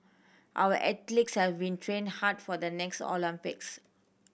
our athletes have been train hard for the next Olympics